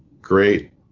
great